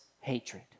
hatred